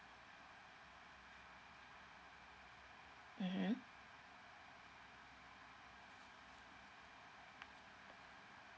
(uh huh)